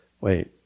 wait